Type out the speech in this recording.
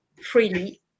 freely